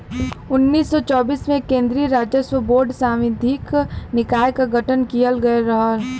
उन्नीस सौ चौबीस में केन्द्रीय राजस्व बोर्ड सांविधिक निकाय क गठन किहल गयल रहल